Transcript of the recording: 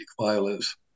violence